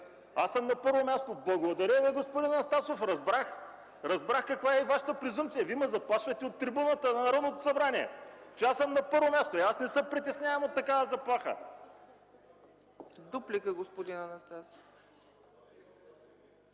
Аз съм на първо място. Благодаря Ви, господин Анастасов. Разбрах каква е Вашата презумпция. Вие ме заплашвате от трибуната на Народното събрание, че аз съм на първо място. Но аз не се притеснявам от такава заплаха. ПРЕДСЕДАТЕЛ